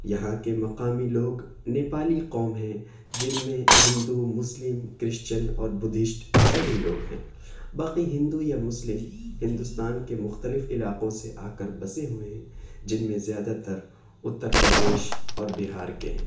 یہاں کے مقامی لوگ نیپالی قوم ہیں جن میں ہندو مسلم کرشچن اور بدھشٹ سبھی لوگ ہیں باقی ہندو یا مسلم ہندوستان کے مختلف علاقوں سے آ کر بسے ہوئے ہیں جن میں زیادہ تر اتر پردیش اور بہار کے ہیں